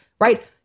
right